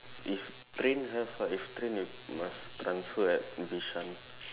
if train have ah if train you must transfer at Bishan